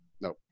no